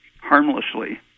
harmlessly